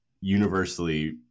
universally